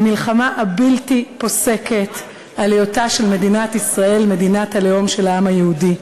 המלחמה הבלתי-פוסקת על היותה של מדינת ישראל מדינת הלאום של העם היהודי,